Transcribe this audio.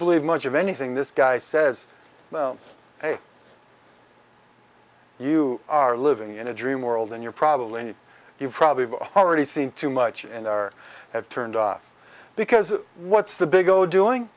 believe much of anything this guy says oh hey you are living in a dream world and you're probably you probably have already seen too much and are have turned off because what's the big old doing